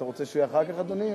אתה רוצה שהוא יהיה אחר כך, אדוני?